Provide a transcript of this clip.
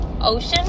Ocean